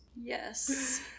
Yes